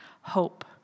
hope